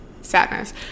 sadness